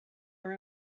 are